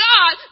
God